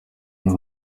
nta